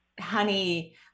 honey